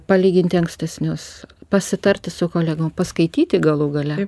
palyginti ankstesnius pasitarti su kolegom paskaityti galų gale